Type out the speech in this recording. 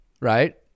right